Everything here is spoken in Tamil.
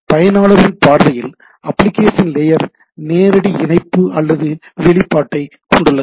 எனவே பயனாளரின் பார்வையில் அப்ளிகேஷன் லேயர் நேரடி இணைப்பு அல்லது வெளிப்பாட்டைக் கொண்டுள்ளது